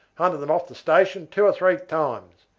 hunted them off the station two or three times.